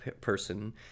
person